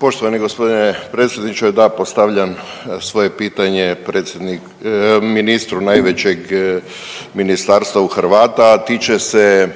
Poštovani gospodine predsjedniče, da postavljam svoje pitanje ministru najvećeg ministarstva u Hrvata, a tiče se